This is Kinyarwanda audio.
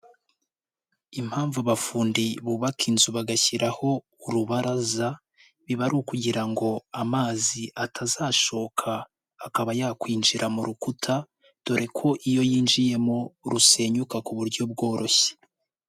Impamvu abafundi bubaka inzu bagashyiraho urubaraza, biba ari ukugira ngo amazi atazashoka akaba yakwinjira mu rukuta, dore ko iyo yinjiyemo rusenyuka ku buryo bworoshye.